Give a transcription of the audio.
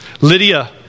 Lydia